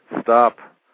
stop